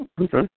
Okay